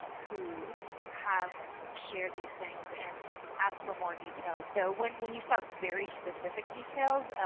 who have shared these things and asked for more detail. so when when you saw very specific details,